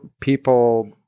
people